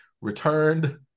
returned